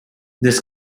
this